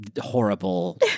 horrible